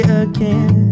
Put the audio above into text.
again